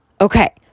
Okay